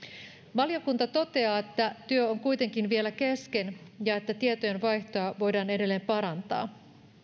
valiokunta toteaa että työ on kuitenkin vielä kesken ja että tietojenvaihtoa voidaan edelleen parantaa